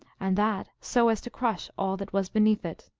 and that so as to crush all that was beneath it.